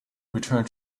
return